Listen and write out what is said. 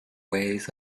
ways